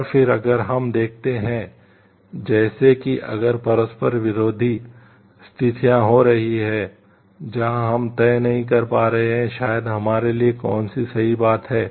और फिर अगर हम देखते हैं जैसे कि अगर परस्पर विरोधी स्थितियां हो रही हैं जहाँ हम तय नहीं कर पा रहे हैं शायद हमारे लिए कौन सी सही बात है